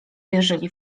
wierzyli